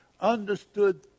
understood